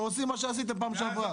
אנחנו עושים מה שעשיתם בפעם שעברה.